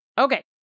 Okay